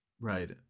Right